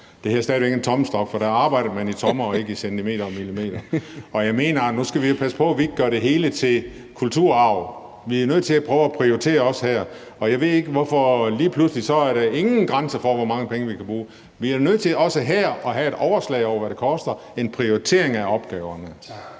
det hedder en tommestok, fordi man dengang arbejdede i tommer og ikke i centimeter og millimeter. Jeg mener, at vi nu skal passe på med, at vi ikke gør det hele til et spørgsmål om kulturarv. Vi er nødt til at prøve at prioritere, også her. Og jeg ved ikke, hvorfor der lige pludselig ikke er nogen grænser for, hvor mange penge vi kan bruge. Vi er da nødt til også her at have et overslag over, hvad det koster, en prioritering af opgaverne. Kl.